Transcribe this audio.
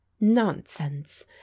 nonsense